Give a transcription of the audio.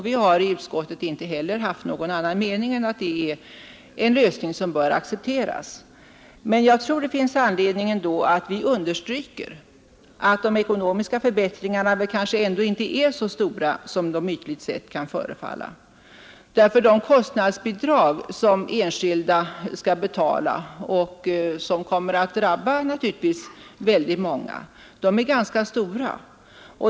Vi har i utskottet inte heller haft någon annan mening än att den Onsdagen den är en lösning som bör accepteras. Men jag tror det finns anledning att 24 maj 1972 understryka att de ekonomiska förbättringarna kanske ändå inte är så stora som de ytligt sett kan förefalla, eftersom de kostnadsbidrag som enskilda människor skall betala — och som naturligtvis kommer att gälla många — är ganska stora.